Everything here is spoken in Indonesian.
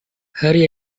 hari